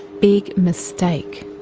big mistake!